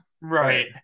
Right